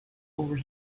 over